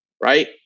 right